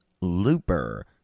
looper